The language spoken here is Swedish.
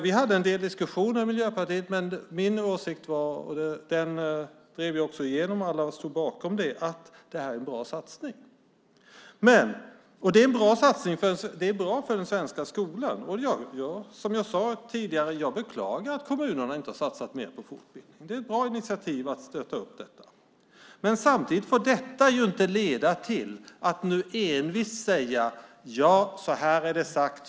Vi hade en del diskussioner i Miljöpartiet, men min åsikt var att det här är en bra satsning. Jag drev också igenom den och alla stod bakom den. Det är bra för den svenska skolan. Jag beklagar, som jag sade tidigare, att kommunerna inte har satsat mer på fortbildning. Det är ett bra initiativ att stötta detta. Det får samtidigt inte leda till att man envist säger: Så här är det sagt.